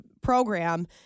program